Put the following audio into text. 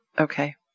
Okay